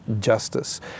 justice